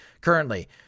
currently